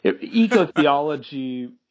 eco-theology